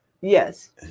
Yes